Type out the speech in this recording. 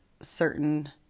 certain